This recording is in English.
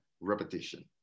repetition